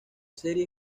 serie